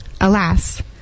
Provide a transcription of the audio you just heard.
Alas